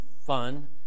fun